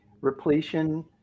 repletion